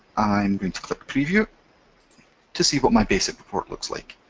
i'm going to click preview to see what my basic report looks like.